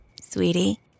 Sweetie